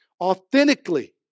authentically